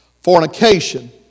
fornication